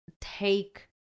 take